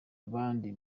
abandi